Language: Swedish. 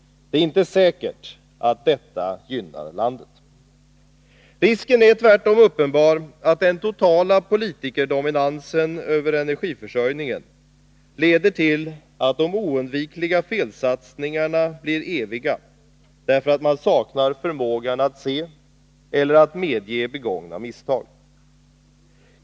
Det är inte säkert att detta gynnar landet. Risken är tvärtom uppenbar att den totala politikerdominansen över energiförsörjningen leder till att de oundvikliga felsatsningarna blir eviga därför att man saknar förmåga att se — eller medge — begångna misstag.